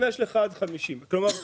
אם יש לך עד 50. כלומר,